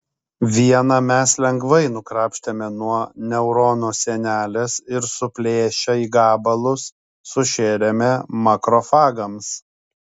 vieną mes lengvai nukrapštėme nuo neurono sienelės ir suplėšę į gabalus sušėrėme makrofagams